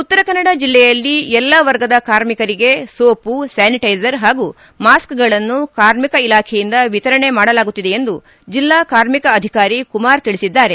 ಉತ್ತರಕನ್ನಡ ಜಿಲ್ಲೆಯಲ್ಲಿ ಎಲ್ಲಾ ವರ್ಗದ ಕಾರ್ಮಿಕರಿಗೆ ಸೋಪು ಸ್ಥಾನಿಟ್ಟೆಸರ್ ಹಾಗೂ ಮಾಸ್ಗೆಗಳನ್ನು ಕಾರ್ಮಿಕ ಇಲಾಖೆಯಿಂದ ವಿತರಣೆ ಮಾಡಲಾಗುತ್ತಿದೆ ಎಂದು ಜೆಲ್ಲಾ ಕಾರ್ಮಿಕ ಅಧಿಕಾರಿ ಕುಮಾರ್ ತಿಳಿಸಿದ್ದಾರೆ